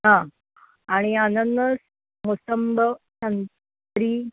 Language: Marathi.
हां आणि अननस मोसंबं संत्री